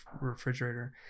refrigerator